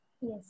Yes